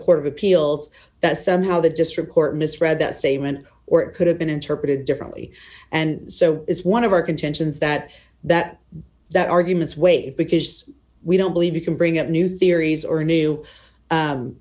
court of appeals that somehow the district court misread that statement or it could have been interpreted differently and so is one of our contentions that that that argument's wave because we don't believe you can bring up new theories or new